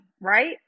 right